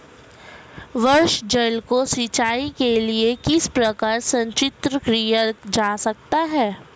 वर्षा जल को सिंचाई के लिए किस प्रकार संचित किया जा सकता है?